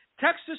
Texas